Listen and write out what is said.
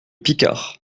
picard